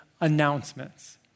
announcements